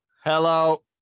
Hello